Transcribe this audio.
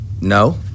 no